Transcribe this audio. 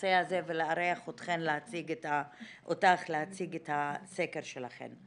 בנושא הזה ולארח אותך להציג את הסקר שלכן.